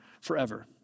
forever